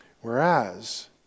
Whereas